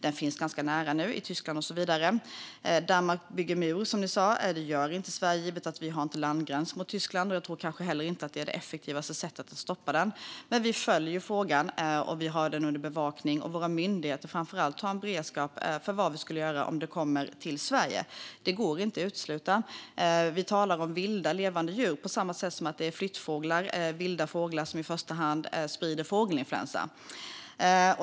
Den finns ganska nära nu, till exempel i Tyskland, där Danmark bygger en mur som Jens Holm sa. Det gör inte Sverige givet att vi inte har någon landgräns mot Tyskland. Jag tror kanske inte heller att det är det effektivaste sättet att stoppa svinpesten. Men vi följer frågan, och vi har den under bevakning. Våra myndigheter framför allt har en beredskap för vad vi skulle göra om det kommer till Sverige. Detta går inte att utesluta. Vi talar om vilda levande djur på samma sätt som det är flyttfåglar, alltså vilda fåglar, som i första hand sprider fågelinfluensa.